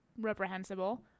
reprehensible